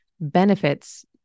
benefits